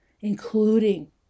including